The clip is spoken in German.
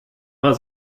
war